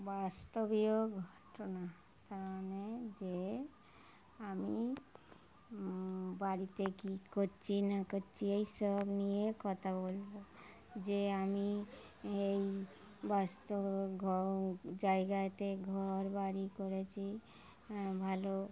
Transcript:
বাস্তবীয় ঘটনা তার মানে যে আমি বাড়িতে কী করছি না করছি এই সব নিয়ে কথা বলব যে আমি এই বাস্তব ঘ জায়গাতে ঘর বাড়ি করেছি হ্যাঁ ভালো